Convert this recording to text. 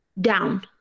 down